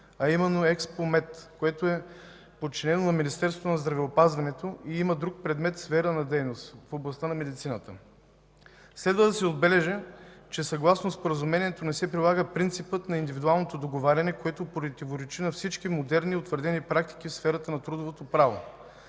– „Експомед”, което е подчинено на Министерството на здравеопазването и има друг предмет и сфера на дейност в областта на медицината. Следва да се отбележи, че съгласно Споразумението не се прилага принципът на индивидуалното договаряне, което противоречи на всички модерни и утвърдени практики в сферата на трудовото право.